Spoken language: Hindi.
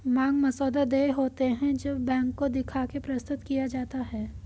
मांग मसौदा देय होते हैं जब बैंक को दिखा के प्रस्तुत किया जाता है